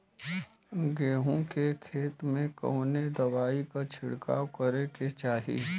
गेहूँ के खेत मे कवने दवाई क छिड़काव करे के चाही?